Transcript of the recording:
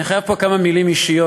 אני חייב לומר פה כמה מילים אישיות,